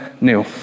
new